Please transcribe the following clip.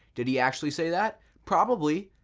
did he actually say that? probably.